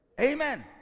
Amen